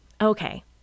okay